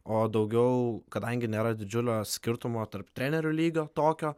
o daugiau kadangi nėra didžiulio skirtumo tarp trenerių lygio tokio